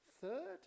Third